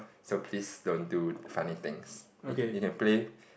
so please don't do funny things you you can play